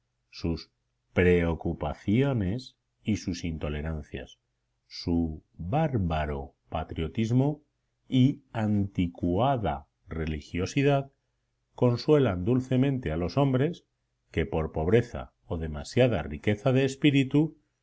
sus preocupaciones y susintolerancias su bárbaro patriotismo y anticuada religiosidad consuelan dulcemente a los hombres que por pobreza o demasiada riqueza de espíritu no se contentan con los goces de